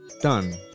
done